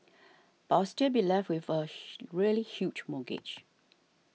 but I would still be left with a really huge mortgage